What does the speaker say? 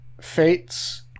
fates